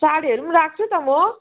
साडीहरू पनि राख्छु त म